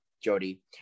jody